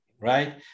right